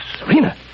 Serena